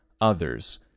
others